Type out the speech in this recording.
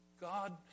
God